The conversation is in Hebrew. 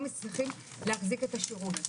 אנחנו צריכים להסתכל על כל הנושא של החולים המעוכבים.